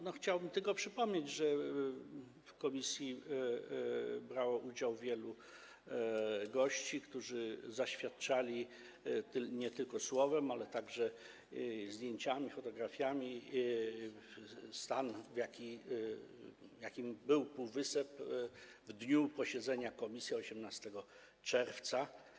Otóż chciałbym tylko przypomnieć, że w posiedzeniu komisji brało udział wielu gości, którzy zaświadczali nie tylko słowem, ale i zdjęciami, fotografiami stan, w jakim był półwysep w dniu posiedzenia komisji, 18 czerwca.